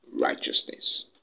righteousness